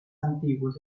antiguos